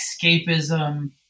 escapism